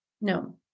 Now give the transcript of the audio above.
No